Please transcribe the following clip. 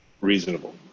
reasonable